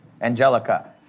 Angelica